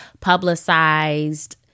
publicized